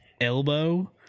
elbow